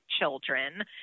children